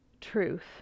truth